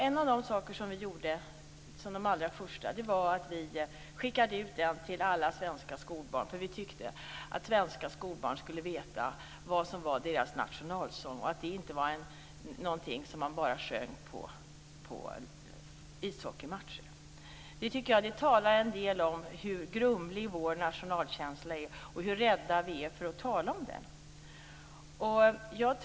En av de allra första saker vi gjorde var att skicka ut sången till alla svenska skolbarn, för vi tyckte att svenska skolbarn skulle veta vilken sång som var deras nationalsång och att den inte bara sjöngs på ishockeymatcher. Det säger en del om hur grumlig vår nationalkänsla är och hur rädda vi är för att tala om den.